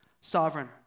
sovereign